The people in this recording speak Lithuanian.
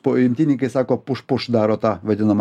po imtynininkai sako push push daro tą vadinamą